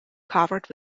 covered